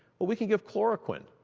well, we can give chloroquine.